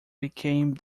became